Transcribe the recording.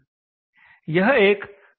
यह एक buck boost converter बनाता है